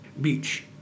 Beach